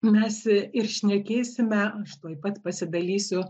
mes ir šnekėsime aš tuoj pat pasidalysiu